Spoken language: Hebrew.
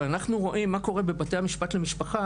אנחנו רואים מה קורה בבתי המשפט למשפחה